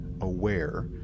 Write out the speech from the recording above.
aware